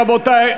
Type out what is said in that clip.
רבותי,